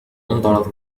أمطرت